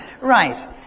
Right